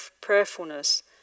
prayerfulness